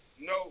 no